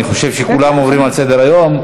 אני חושב שכולם עוברים על סדר-היום.